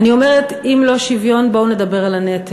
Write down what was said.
אני אומרת, אם לא שוויון, בואו נדבר על הנטל.